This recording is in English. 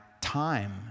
time